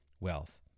wealth